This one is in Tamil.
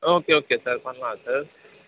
ஓகே ஓகே சார் பண்ணலாம் சார்